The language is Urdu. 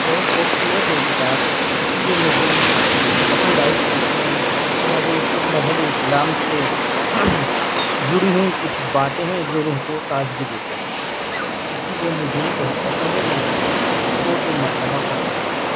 بہت خوبصورت ہے یہ کتاب اسی لیے مجھے یہ پسند آئی کہ اس میں مذہب اسلام سے جڑی ہوئیں کچھ باتیں ہیں جو روح کو تازگی دیتی ہیں اسی لیے مجھے یہ بہت پسند ہے میں اسے دو تین مرتبہ پڑھ چکا ہوں